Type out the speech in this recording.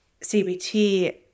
CBT